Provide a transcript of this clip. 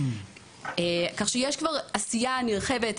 כך שיש כבר עשייה נרחבת.